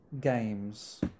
games